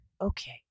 Okay